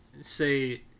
say